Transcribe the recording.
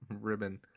ribbon